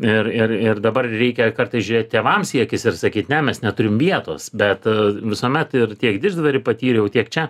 ir ir ir dabar reikia kartais žėt tėvams į akis ir sakyt ne mes neturim vietos bet visuomet ir tiek didždvary patyriau tiek čia